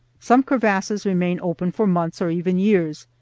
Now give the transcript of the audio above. some crevasses remain open for months or even years,